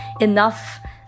enough